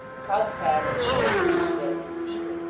a cod's head and shoulders, when in season,